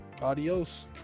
Adios